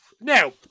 Now